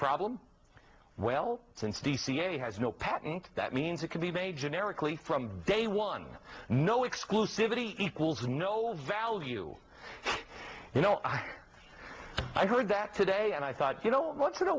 problem well since dca has no patent that means it can be made generically from day one no exclusivities equals no value you know i heard that today and i thought you know once in a